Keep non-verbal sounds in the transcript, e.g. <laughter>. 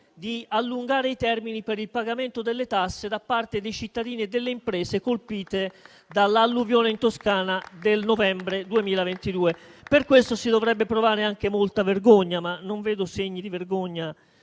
di allungare i termini per il pagamento delle tasse da parte dei cittadini e delle imprese colpiti dall'alluvione in Toscana del novembre 2022. <applause> Per questo si dovrebbe provare anche molta vergogna, ma non vedo segni di vergogna